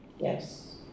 Yes